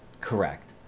Correct